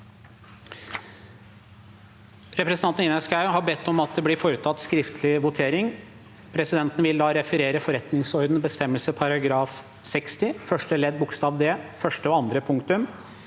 Representanten Ingjerd Schou har bedt om at det blir foretatt skriftlig votering. Presidenten vil da referere forretningsordenens bestemmelse § 60 første ledd bokstav d første og andre punktum: